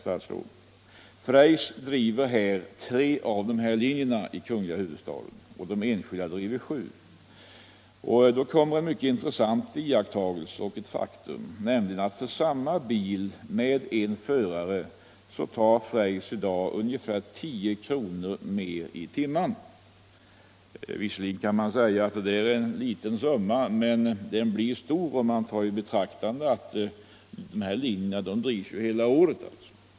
Freys driver tre av de här linjerna i kungliga huvudstaden, och enskilda åkare driver sju. En mycket intressant iakttagelse är att för samma bil med en förare tar Freys i dag ungefär 10 kr. mer i timmen än de privata åkarna. Visserligen kan det sägas att det är en liten summa, men den blir stor om man tar i beaktande att de här linjerna drivs hela året.